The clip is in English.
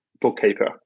bookkeeper